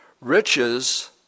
Riches